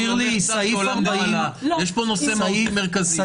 נושא מהותי.